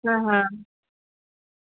हां